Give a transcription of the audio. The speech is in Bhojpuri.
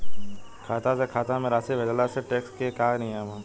खाता से खाता में राशि भेजला से टेक्स के का नियम ह?